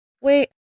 wait